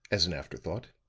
as an afterthought.